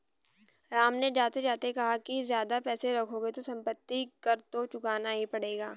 राम ने जाते जाते कहा कि ज्यादा पैसे रखोगे तो सम्पत्ति कर तो चुकाना ही पड़ेगा